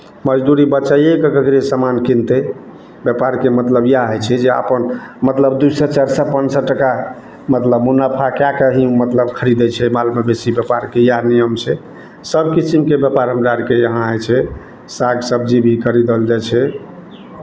मजदूरी बचाइएके ककरो सामान किनतै व्यापारके मतलब इएह होइ छै जे अपन मतलब दू सए चारि सए पाँच सए टाका मतलब मुनाफा कए कऽ ही मतलब खरीदै छै माल मवेशी व्यापारके इएह नियम छै सभ किसिमके व्यापार हमरा आरके यहाँ होइ छै साग सबजी भी खरीदल जाइ छै